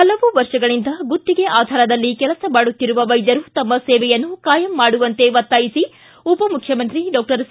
ಹಲವು ವರ್ಷಗಳಿಂದ ಗುತ್ತಿಗೆ ಆಧಾರದಲ್ಲಿ ಕೆಲಸ ಮಾಡುತ್ತಿರುವ ವೈದ್ವರು ತಮ್ಮ ಸೇವೆಯನ್ನು ಕಾಯಂ ಮಾಡುವಂತೆ ಒತ್ತಾಯಿಸಿ ಉಪ ಮುಖ್ಯಮಂತ್ರಿ ಡಾಕ್ಷರ್ ಸಿ